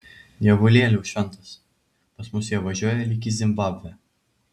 dievulėliau šventas pas mus jie važiuoja lyg į zimbabvę